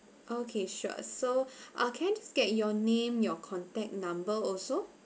okay sure so ah can I just get your name your contact number also